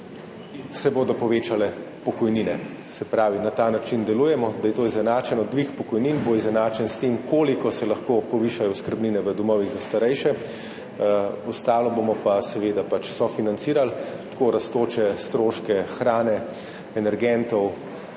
se bodo povečale pokojnine. Se pravi, delujemo na ta način, da je to izenačeno. Dvig pokojnin bo izenačen s tem, koliko se lahko povišajo oskrbnine v domovih za starejše. Ostalo bomo pa seveda sofinancirali, tako rastoče stroške hrane, energentov,